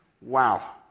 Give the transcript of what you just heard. Wow